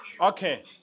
Okay